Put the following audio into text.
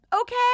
okay